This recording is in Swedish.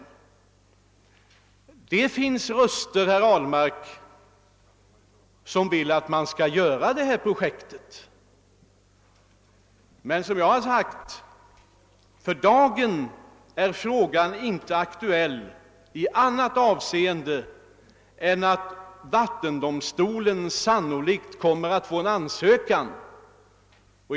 Och det finns röster, herr Ahlmark, som taiar för att vi skall genomföra detta projekt. Men jag har sagt att frågan för dagen inte är aktuell i annan mån än att vattendomstolen kommer att få en ansökan.